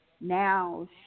now